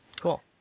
cool